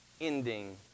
...ending